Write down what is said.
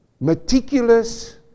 meticulous